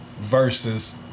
versus